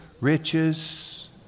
riches